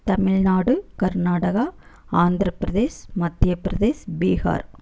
Tamil Nadu Karnataka Andhra Pradesh Madhya Pradesh Bihar